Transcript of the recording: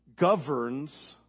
governs